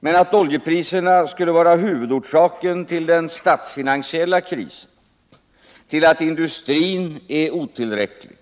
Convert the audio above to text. Men att oljepriserna skulle vara huvudorsaken till den statsfinansiella krisen, till att industrin är otillräcklig,